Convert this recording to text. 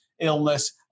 illness